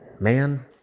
Man